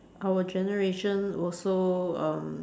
our generation also um